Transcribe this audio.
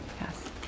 Yes